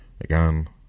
again